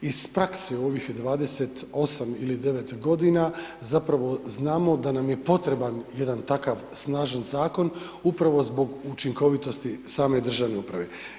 Iz prakse u ovih 28 ili 29 godina zapravo znamo da nam je potreban jedan takav snažan zakon upravo zbog učinkovitosti same državne uprave.